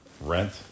Rent